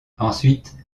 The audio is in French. ensuite